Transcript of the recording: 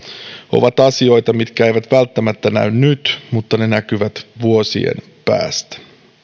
ovat asioita mitkä eivät välttämättä näy nyt mutta ne näkyvät vuosien päästä